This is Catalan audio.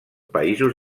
països